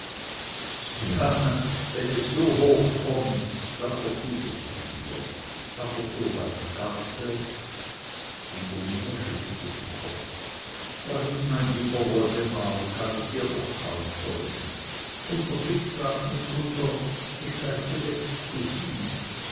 ja wenn es so hoch kommt dann vertut es sich wieder aber so bei der garde die domina schüttelte den kopf darin mein lieber woldemar kann ich dir doch kaum folgen unser fix sagt mitunter ich sei zu exklusiv